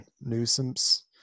nuisance